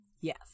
Yes